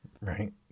Right